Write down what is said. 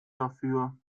dafür